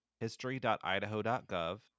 history.idaho.gov